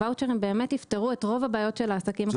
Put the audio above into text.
והוואוצ'רים באמת יפתרו את רוב הבעיות של העסקים הקטנים.